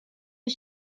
but